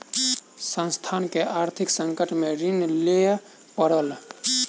संस्थान के आर्थिक संकट में ऋण लिअ पड़ल